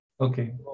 Okay